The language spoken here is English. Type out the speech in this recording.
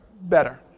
better